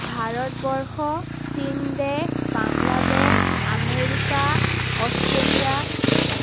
ভাৰতবৰ্ষ চীন দেশ Bangladesh America Australia